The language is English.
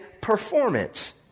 performance